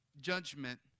judgment